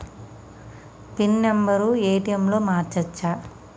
Pin number ATM లో మార్చచ్చా?